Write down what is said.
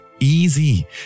easy